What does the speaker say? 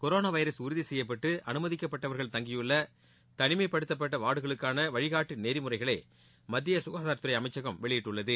corona virus உறுதி செய்யப்பட்டு அமைதிக்கப்பட்டவர்கள் தங்கியுள்ள தனிமைப்படுத்தப்பட்ட வார்டுகளுக்கான வழிக்காட்டு நெறிமுறைகளை மத்திய சுகாதாரத்துறை அமைச்சகம் வெளியிட்டுள்ளது